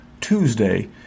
Tuesday